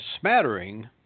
smattering